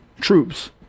troops